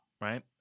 right